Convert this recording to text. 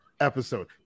episode